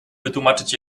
wytłumaczyć